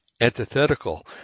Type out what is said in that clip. antithetical